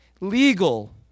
legal